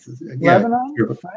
Lebanon